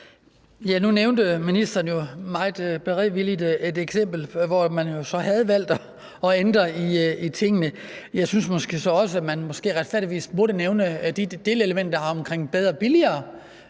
Tak. Nu nævnte ministeren jo meget beredvilligt et eksempel, hvor man så havde valgt at ændre i tingene. Jeg synes måske så også, at man retfærdigvis burde nævne de delelementer, der var i forbindelse